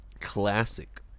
classic